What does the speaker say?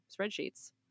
spreadsheets